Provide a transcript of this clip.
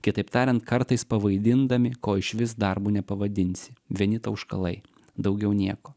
kitaip tariant kartais pavaidindami ko išvis darbu nepavadinsi vieni tauškalai daugiau nieko